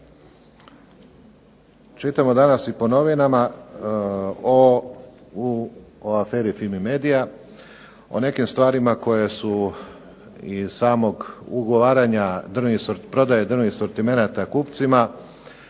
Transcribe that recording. čitamo danas po novinama, o aferi FIMI medija, o nekim stvarima koje su iz samog ugovaranja prodaje drvnih sortimenata kupcima,